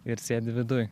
ir sėdi viduj